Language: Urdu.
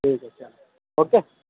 ٹھیک ہے چلیے اوکے